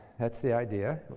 that's the idea.